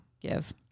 give